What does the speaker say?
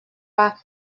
pas